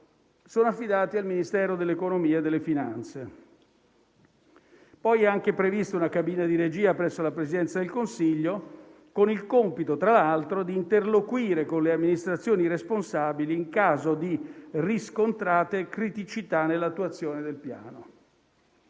sono affidati al Ministero dell'economia e delle finanze. È anche prevista una cabina di regia presso la Presidenza del Consiglio con il compito, tra l'altro, di interloquire con le amministrazioni responsabili in caso di riscontrate criticità nell'attuazione del Piano.